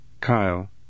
Kyle